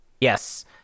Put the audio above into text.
Yes